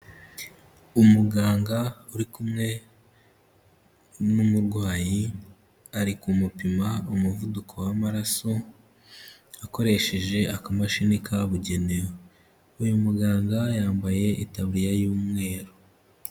Umuganga uri kumwe n'umurwayi ari kumupima umuvuduko w'amaraso akoresheje akamashini kabugenewe, uyu muganga yambaye itaburiya y'umweru.